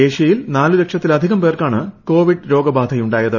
ഏഷ്യയിൽ നാല് ലക്ഷത്തിലധികം പേർക്കാണ് കോവിഡ് രോഗബാധയുണ്ടായത്